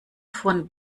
von